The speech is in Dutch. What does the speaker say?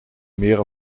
meer